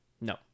No